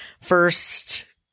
first